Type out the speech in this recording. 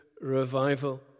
revival